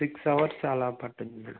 six hours అలా పడుతుంది madam